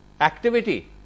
activity